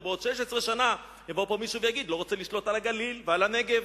ובעוד 16 שנה יבוא פה מישהו שלא רוצה לשלוט על הגליל ועל הנגב,